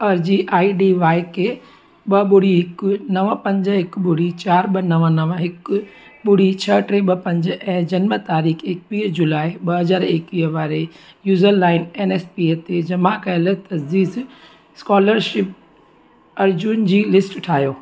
अर्ज़ी I D वाए के ॿ ॿुड़ी हिकु नव पंज हिकु ॿुड़ी चार ॿ नव नव हिकु ॿुड़ी छह टे ॿ पंज ऐं जनमु तारीख़ एकवीह जुलाई ॿ हज़ार एकवीह वारे यूजर लाइ एन एस पी ते जमा कयलु तजदीदु स्कोलरशिप अर्ज़ियुनि जी लिस्ट ठाहियो